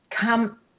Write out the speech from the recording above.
come